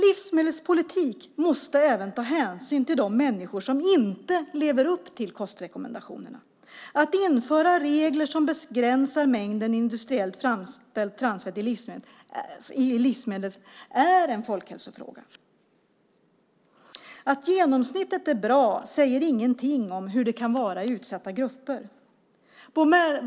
Livsmedelspolitik måste även ta hänsyn till de människor som inte lever upp till kostrekommendationerna. Att införa regler som begränsar mängden industriellt framställt transfett i livsmedel är en folkhälsofråga. Att genomsnittet är bra säger ingenting om hur det kan vara i utsatta grupper.